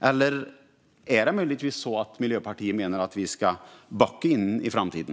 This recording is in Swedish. Eller menar Miljöpartiet möjligtvis att vi ska backa in i framtiden?